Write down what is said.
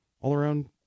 all-around